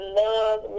love